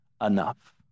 enough